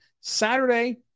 Saturday